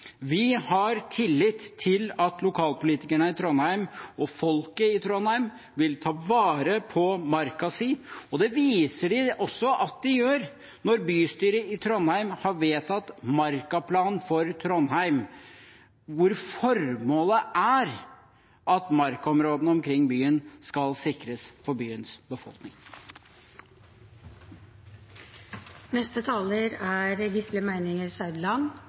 Vi har tillit til at lokalpolitikerne i Trondheim og folket i Trondheim vil ta vare på marka si. Det viser de også at de gjør når bystyret i Trondheim har vedtatt markaplan for Trondheim, hvor formålet er at markaområdene omkring byen skal sikres for byens